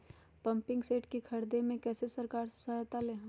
Pumping set के ख़रीदे मे कैसे सरकार से सहायता ले?